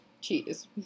cheese